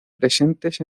presentes